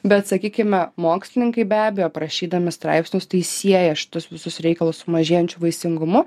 bet sakykime mokslininkai be abejo parašydami straipsnius tai sieja štus visus reikalus su mažėjančiu vaisingumu